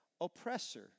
oppressor